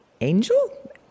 Angel